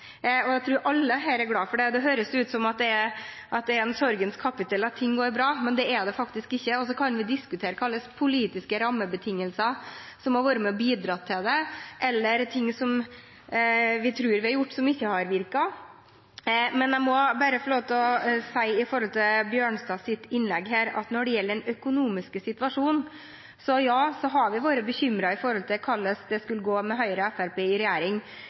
jeg tror alle her er glad for det. Det høres ut som om det er et sorgens kapittel at ting går bra, men det er det faktisk ikke. Så kan vi diskutere hva slags politiske rammebetingelser som har vært med og bidratt til det, eller ting som vi tror vi har gjort, som ikke har virket. Men jeg må bare få lov til å si til representanten Bjørnstads innlegg her at når det gjelder den økonomiske situasjonen, har vi vært bekymret med tanke på hvordan det skulle gå med Høyre og Fremskrittspartiet i regjering,